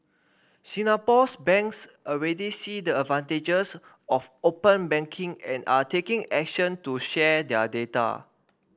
Singapore's banks already see the advantages of open banking and are taking action to share their data